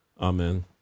amen